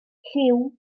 lliw